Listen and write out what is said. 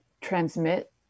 transmit